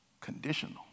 conditional